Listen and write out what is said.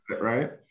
right